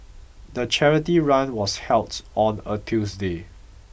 the charity run was held on a Tuesday